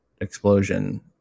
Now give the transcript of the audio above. explosion